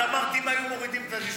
את אמרת: אם היו מורידים את ה-disregard.